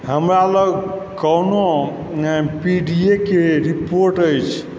हमरा लग कओनो पी डी ए के रिपोर्ट अछि